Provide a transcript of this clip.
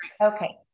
Okay